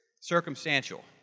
circumstantial